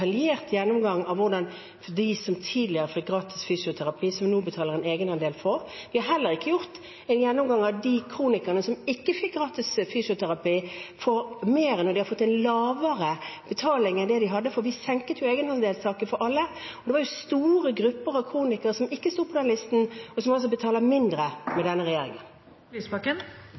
gjennomgang av dem som tidligere fikk gratis fysioterapi, og som nå betaler en egenandel for dette, og vi har heller ikke gjort en gjennomgang av om de kronikerne som ikke fikk gratis fysioterapi, får mer nå når de har fått en lavere betaling enn det de hadde før, for vi senket jo egenandelstaket for alle. Det var store grupper av kronikere som ikke sto på den listen, og som altså betaler mindre med denne